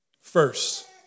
First